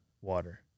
water